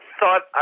thought